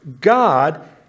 God